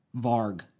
Varg